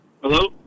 Hello